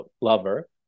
lover